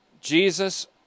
Jesus